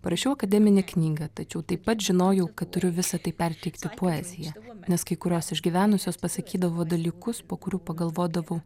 parašiau akademinę knygą tačiau taip pat žinojau kad turiu visa tai perteikti poezija nes kai kurios išgyvenusios pasakydavo dalykus po kurių pagalvodavau